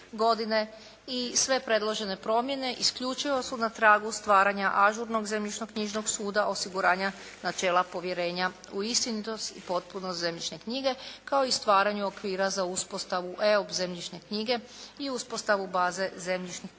i sve predložene promjene isključivo su na tragu stvaranja ažurnog zemljišnoknjižnog suda osiguranja načela povjerenja u istinitost i potpunost zemljišne knjige, kao i stvaranju okvira za uspostavu EOP zemljišne knjige i uspostavu baze zemljišnih podataka